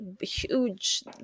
huge